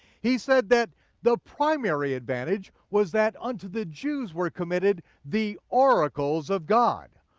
he said that the primary advantage was that unto the jews were committed the oracles of god.